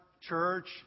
church